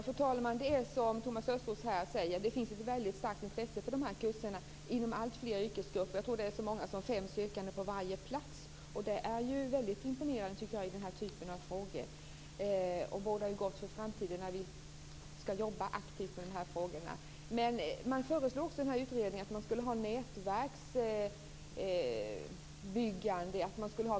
Fru talman! Det är som Thomas Östros säger. Det finns ett mycket starkt intresse för de här kurserna inom alltfler yrkesgrupper. Jag tror att det är så många som fem sökande på varje plats. Det är ju mycket imponerande i den här typen av frågor, tycker jag. Och det bådar gott för framtiden när vi skall jobba aktivt med de här frågorna. Man föreslog också i utredningen att man skulle ha nätverksbyggande.